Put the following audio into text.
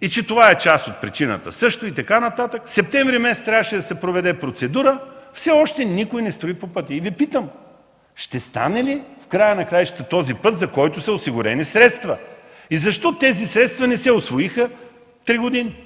и че това също е част от причината. През месец септември трябваше да се проведе процедура, но все още никой не строи по пътя. Питам Ви: ще стане ли в края на краищата този път, за който са осигурени средства? Защо тези средства не се усвоиха три години?